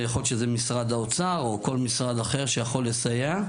יכול להיות שזה משרד האוצר או כל משרד אחר שיכול לסייע.